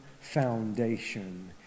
foundation